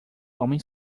homem